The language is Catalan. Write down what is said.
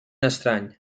estrany